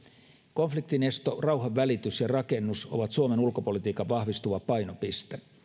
konfliktinesto rauhavälitys ja rakennus ovat suomen ulkopolitiikan vahvistuva painopiste